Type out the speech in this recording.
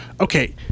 Okay